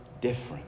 different